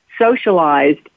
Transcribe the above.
socialized